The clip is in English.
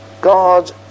God